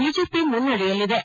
BJP ಮುನ್ನಡೆಯಲಿವೆ